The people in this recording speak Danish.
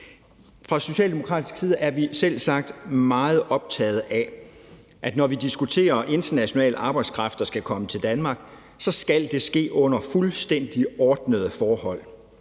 Fra socialdemokratisk side er vi selvsagt meget optaget af, at når vi diskuterer international arbejdskraft, der skal komme til Danmark, skal det ske under fuldstændig ordnede forhold.